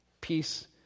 Peace